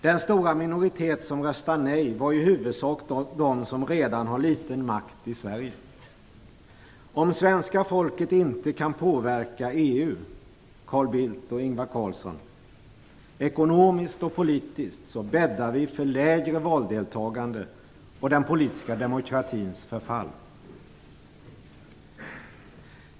Den stora minoritet som röstade nej bestod i huvudsak av dem som redan har liten makt i Sverige. Om svenska folket inte kan påverka EU - Carl Bildt och Ingvar Carlsson - ekonomiskt och politiskt, bäddar vi för lägre valdeltagande och den politiska demokratins förfall.